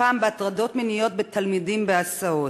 הפעם בהטרדות מיניות של תלמידים בהסעות.